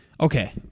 okay